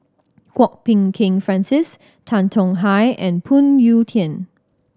Kwok Peng Kin Francis Tan Tong Hye and Phoon Yew Tien